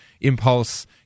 impulse